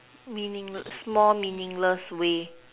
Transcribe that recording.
meaningless more meaningless way